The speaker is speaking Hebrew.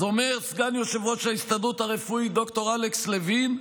אז אמר סגן יושב-ראש ההסתדרות הרפואית ד"ר אלכס לוין: